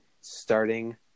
starting